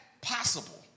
possible